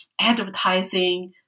advertising